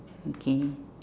okay